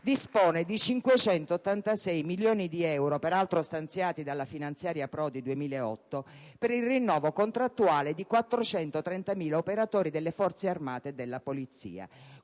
dispone di 586 milioni di euro, peraltro stanziati dalla finanziaria 2008 del Governo Prodi, per il rinnovo contrattuale di 430.000 operatori delle Forze armate e della Polizia.